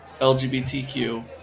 lgbtq